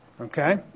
okay